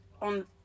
on